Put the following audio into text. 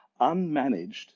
Unmanaged